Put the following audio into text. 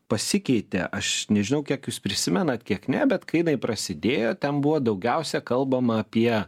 pasikeitė aš nežinau kiek jūs prisimenat kiek ne bet kai jinai prasidėjo ten buvo daugiausia kalbama apie